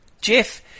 Jeff